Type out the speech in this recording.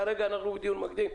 כרגע אנחנו בדיון מקדים.